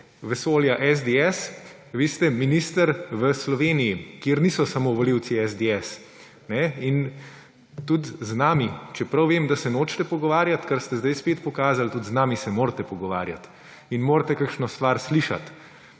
vesolja SDS, vi ste minister v Sloveniji, kjer niso samo volivci SDS. In tudi z nami, čeprav vem, da se nočete pogovarjati, kar ste zdaj spet pokazali, tudi z nami se morate pogovarjati in morate kakšno stvar slišati.